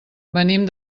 venim